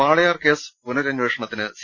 Walayar case പുനരന്വേഷണത്തിന് C